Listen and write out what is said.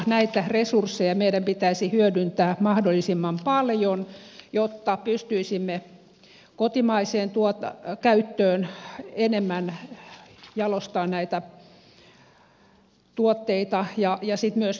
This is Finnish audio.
näitä resursseja meidän pitäisi hyödyntää mahdollisimman paljon jotta pystyisimme kotimaiseen käyttöön enemmän jalostamaan näitä tuotteita ja sitten myös vientiin